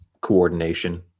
coordination